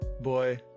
boy